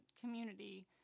community